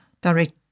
direct